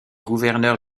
gouverneur